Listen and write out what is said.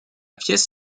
pièce